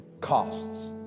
costs